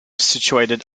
situated